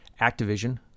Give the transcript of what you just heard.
Activision